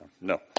No